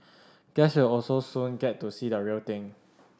guests will also soon get to see the real thing